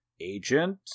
Agent